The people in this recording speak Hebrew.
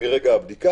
מרגע הבדיקה.